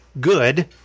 good